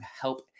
help